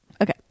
Okay